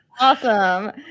Awesome